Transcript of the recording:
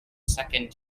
second